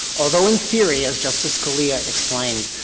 although in theory, as justice scalia explained,